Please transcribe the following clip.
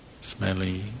smelly